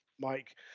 Mike